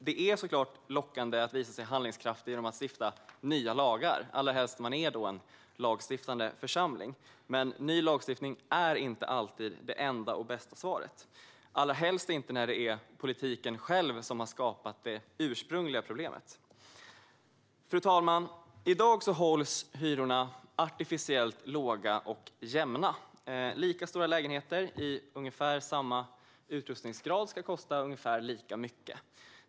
Det är så klart lockande att visa sig handlingskraftig genom att stifta nya lagar, allra helst om man är en lagstiftande församling. Men ny lagstiftning är inte alltid det enda och bästa svaret, allra helst inte när det är politiken själv som har skapat det ursprungliga problemet. Fru talman! I dag hålls hyrorna artificiellt låga och jämna. Lika stora lägenheter med ungefär samma utrustningsgrad ska kosta ungefär lika mycket.